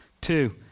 Two